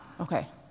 okay